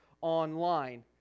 online